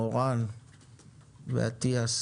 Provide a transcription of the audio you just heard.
מורן ואטיאס,